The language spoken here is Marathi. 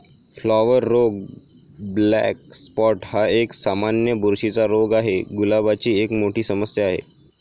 फ्लॉवर रोग ब्लॅक स्पॉट हा एक, सामान्य बुरशीचा रोग आहे, गुलाबाची एक मोठी समस्या आहे